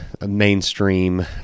mainstream